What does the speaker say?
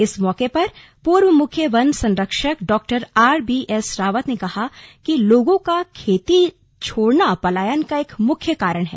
इस मौके पर पूर्व मुख्य वन संरक्षक डॉ आरबीएस रावत ने कहा कि लोगों को खेती छोड़ना पलायन का एक मुख्य कारण है